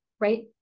right